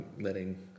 letting